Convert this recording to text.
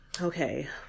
okay